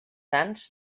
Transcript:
sants